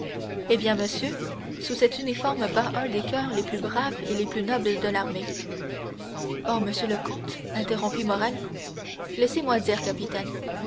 eh bien monsieur sous cet uniforme bat un des coeurs les plus braves et les plus nobles de l'armée oh monsieur le comte interrompit morrel laissez-moi dire capitaine